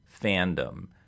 fandom